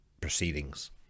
proceedings